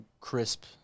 crisp